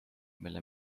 mille